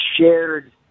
shared